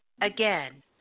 again